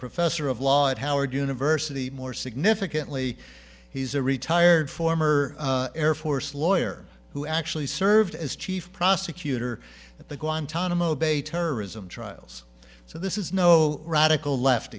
professor of law at howard university more significantly he's a retired former air force lawyer who actually served as chief prosecutor at the guantanamo bay terrorism trials so this is no radical